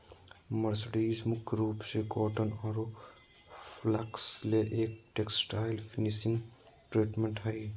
mercerised मुख्य रूप से कॉटन आरो फ्लेक्स ले एक टेक्सटाइल्स फिनिशिंग ट्रीटमेंट हई